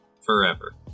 forever